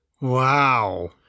Wow